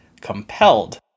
compelled